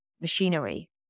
machinery